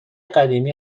قدیمی